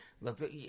Look